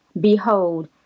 behold